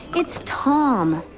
it's tom.